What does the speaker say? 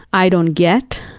i don't get,